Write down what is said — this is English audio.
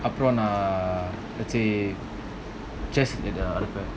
அப்போநான்:apo nan let's say chest அனுப்புவேன்:anupuven